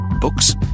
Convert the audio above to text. Books